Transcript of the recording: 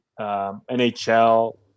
NHL